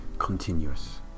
Continuous